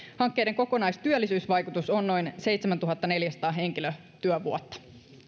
hankkeiden kokonaistyöllisyysvaikutus on noin seitsemäntuhattaneljäsataa henkilötyövuotta